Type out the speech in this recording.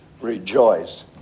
rejoice